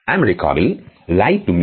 அமெரிக்காவில் Lie to Me